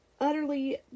utterly